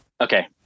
Okay